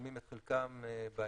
משלמים את חלקם בהיטלים,